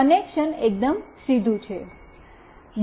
connection એકદમ સીધું છે